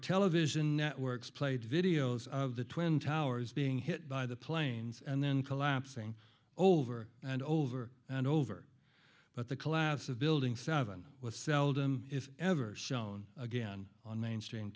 television networks played videos of the twin towers being hit by the planes and then collapsing over and over and over but the collapse of building seven was seldom if ever shown again on mainstream